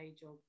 job